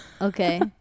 Okay